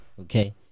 Okay